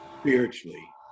spiritually